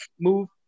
move